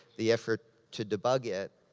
the effort to debug it.